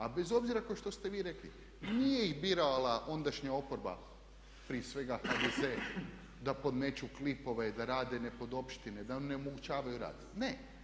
A bez obzira kao što ste vi rekli nije ih birala ondašnja oporba prije svega HDZ da podmeću klipove, da rade nepodoštine, da ne omogućavaju rad, ne.